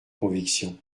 conviction